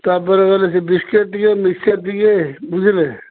ତା'ପରେ ଗଲେ ସେ ବିସ୍କିଟ୍ ଟିକେ ମିକ୍ସଚର୍ ଟିକେ ବୁଝିଲେ